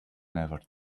never